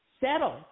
settle